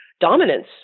dominance